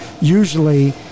usually